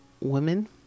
Women